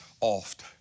oft